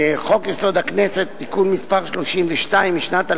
חוק-יסוד: הכנסת (תיקון מס' 32) משנת 2001,